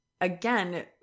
again